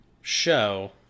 show